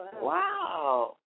Wow